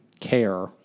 care